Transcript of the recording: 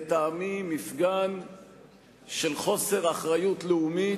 לטעמי, מפגן של חוסר אחריות לאומית,